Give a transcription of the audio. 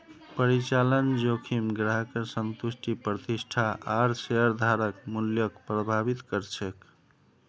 परिचालन जोखिम ग्राहकेर संतुष्टि प्रतिष्ठा आर शेयरधारक मूल्यक प्रभावित कर छेक